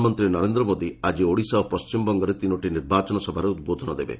ପ୍ରଧାନମନ୍ତ୍ରୀ ନରେନ୍ଦ୍ର ମୋଦି ଆଜି ଓଡ଼ିଶା ଓ ପଶ୍ଚିମବଙ୍ଗରେ ତିନୋଟି ନିର୍ବାଚନ ସଭାରେ ଉଦ୍ବୋଧନ ଦେବେ